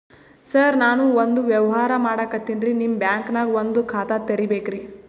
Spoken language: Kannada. ಸರ ನಾನು ಒಂದು ವ್ಯವಹಾರ ಮಾಡಕತಿನ್ರಿ, ನಿಮ್ ಬ್ಯಾಂಕನಗ ಒಂದು ಖಾತ ತೆರಿಬೇಕ್ರಿ?